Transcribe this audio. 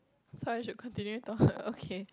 so I should continue talk okay